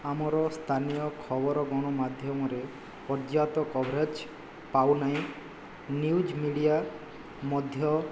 ଆମର ସ୍ଥାନୀୟ ଖବର ଗଣମାଧ୍ୟମରେ ପର୍ଯ୍ୟାପ୍ତ କଭରେଜ ପାଉ ନାହିଁ ନିୟୁଜ ମିଡ଼ିଆ ମଧ୍ୟ